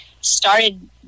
started